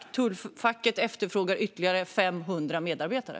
Tullfacket efterfrågar ytterligare 500 medarbetare.